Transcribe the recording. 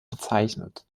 bezeichnet